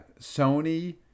Sony